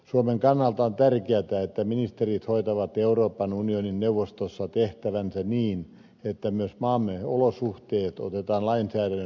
suomen kannalta on tärkeätä että ministerit hoitavat euroopan unionin neuvostossa tehtävänsä niin että myös maamme olosuhteet otetaan lainsäädännössä huomioon